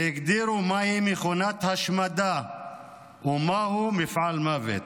והגדירו מהי מכונת השמדה ומהו מפעל מוות.